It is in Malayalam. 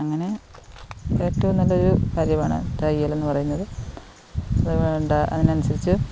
അങ്ങനെ ഏറ്റവും നല്ലൊരു കാര്യമാണ് തയ്യലെന്ന് പറയുന്നത് അത് വേണ്ട അതിനനുസരിച്ച്